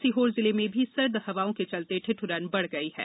उधर सीहोर जिलें में भी सर्द हवाओं के चलते ठिद्रन बढ़ गई है